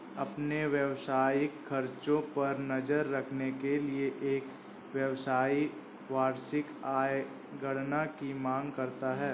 अपने व्यावसायिक खर्चों पर नज़र रखने के लिए, एक व्यवसायी वार्षिक आय गणना की मांग करता है